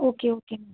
okay okay ma'am